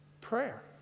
Prayer